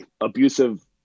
abusive